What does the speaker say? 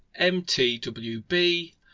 mtwb